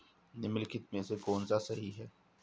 निम्नलिखित में से कौन सा सही है?